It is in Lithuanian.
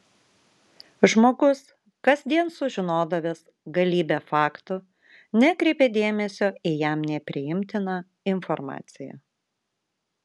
žmogus kasdien sužinodavęs galybę faktų nekreipė dėmesio į jam nepriimtiną informaciją